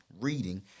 Reading